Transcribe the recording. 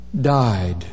died